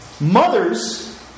Mothers